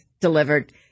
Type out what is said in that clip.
delivered